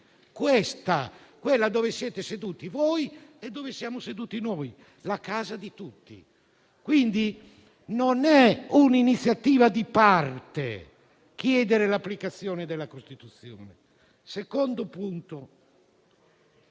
tutti, questa, dove siete seduti voi e dove siamo seduti noi. La casa di tutti. Quindi non è un'iniziativa di parte chiedere l'applicazione della Costituzione. Secondo punto: